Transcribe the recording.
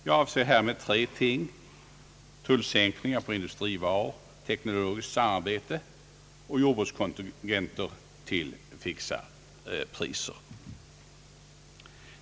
Jag avser härmed tre ting: tullsänkningar på industrivaror, teknologiskt samarbete och jordbrukskontingenter till fixa priser.